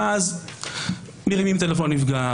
ואז מרימים טלפון לנפגע,